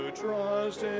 trust